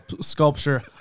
sculpture